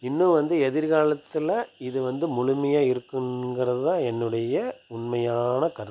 இன்றும் வந்து எதிர் காலத்தில் இது வந்து முழுமையாக இருக்குங்கிற தான் என்னுடைய உண்மையான கருத்து